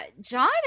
John